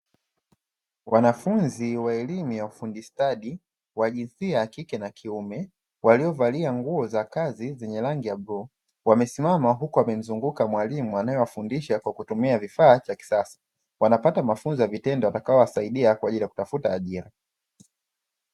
Wanafunzi wa elimu ya ufundi stadi; wa jinsia ya kike na kiume, waliovalia nguo za kazi zenye rangi ya bluu, wamesimama huku wamemzunguka mwalimu anayemfundisha kwa kutumia vifaa cha kisasa. Wanapata mafunzo ya vitendo yatakayowasaidia kwa ajili ya kutafuta ajira.